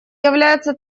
является